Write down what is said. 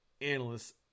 analysts